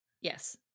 yes